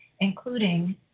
including